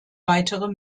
weitere